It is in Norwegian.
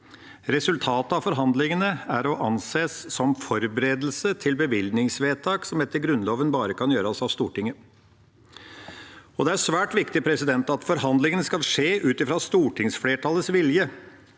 Resultatet av forhandlingene er å anse som forberedelse til bevilgningsvedtak, som etter Grunnloven bare kan gjøres av Stortinget. Det er svært viktig at forhandlingene skal skje ut fra stortingsflertallets vilje,